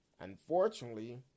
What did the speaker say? unfortunately